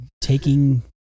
taking